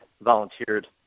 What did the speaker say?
volunteered